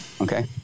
okay